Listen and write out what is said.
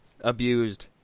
abused